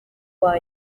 uwa